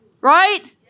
Right